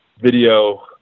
video